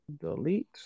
Delete